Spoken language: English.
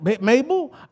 Mabel